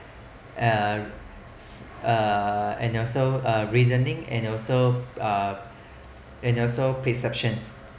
uh uh and also uh reasoning and also uh and also perceptions